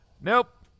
Nope